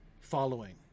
following